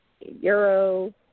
Euro